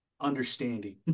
understanding